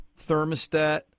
thermostat